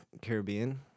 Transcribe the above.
Caribbean